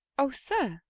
oh, sir,